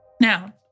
Now